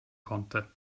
konnte